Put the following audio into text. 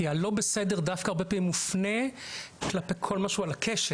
כי הלא בסדר דווקא הרבה פעמים מופנה כלפי כל מה שהוא על הקשת.